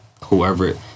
whoever